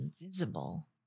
invisible